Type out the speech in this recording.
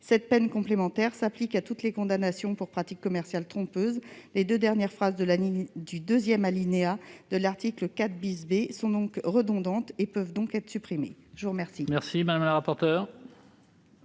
Cette peine complémentaire s'applique à toutes les condamnations pour pratique commerciale trompeuse. Les deux dernières phrases du deuxième alinéa de l'article 4 B sont donc redondantes et peuvent, en conséquence, être supprimées. Quel